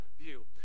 view